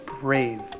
brave